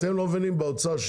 באוצר,